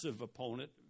opponent